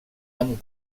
amb